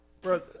bro